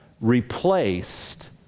replaced